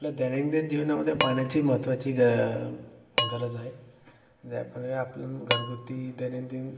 आपल्या दैनंदिन जीवनामध्ये पाण्याची महत्त्वाची ग गरज आहे ज्याप्रमाणे आपलं घरगुती दैनंदिन